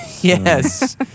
Yes